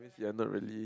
if you're not really